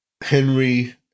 Henry